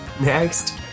Next